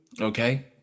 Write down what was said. Okay